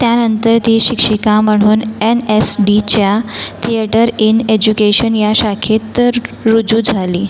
त्यानंतर ती शिक्षिका म्हणून एन एस डीच्या थिएटर इन एज्युकेशन या शाखेत्तर रुजू झाली